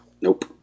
Nope